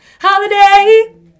Holiday